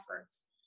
efforts